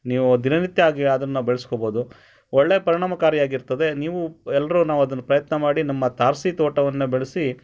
ನೀವು ದಿನ ನಿತ್ಯ ಆಗಿ ಅದನ್ನು ಬೆಳೆಸ್ಕೋಬೋದು ಒಳ್ಳೆಯ ಪರಿಣಾಮಕಾರಿಯಾಗಿರ್ತದೆ ನೀವು ಎಲ್ಲರೂ ನಾವು ಅದನ್ನು ಪ್ರಯತ್ನ ಮಾಡಿ ನಮ್ಮ ತಾರಸಿ ತೋಟವನ್ನು ಬೆಳೆಸಿ